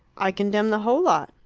i condemn the whole lot.